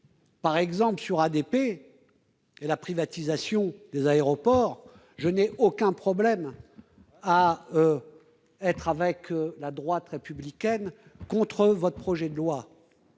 le ministre, sur ADP et la privatisation des aéroports, je n'ai aucun problème à être du même avis que la droite républicaine contre votre projet de loi.